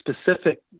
specific